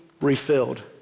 refilled